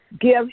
give